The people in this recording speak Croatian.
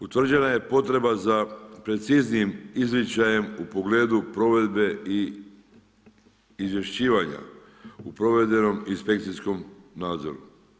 Utvrđena je potreba za preciznijim izričajem u pogledu provedbe i izvješćivanja u provedbenom inspekcijskom nadzoru.